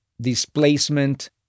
displacement